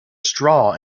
straw